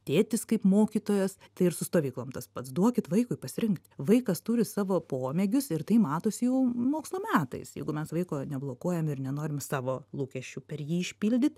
tėtis kaip mokytojas tai ir su stovyklom tas pats duokit vaikui pasirinkt vaikas turi savo pomėgius ir tai matos jau mokslo metais jeigu mes vaiko neblokuojam ir nenorim savo lūkesčių per jį išpildyt